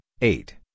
eight